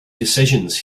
decisions